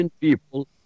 people